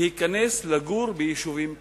להיכנס לגור ביישובים קהילתיים.